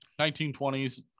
1920s